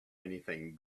anything